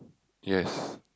yes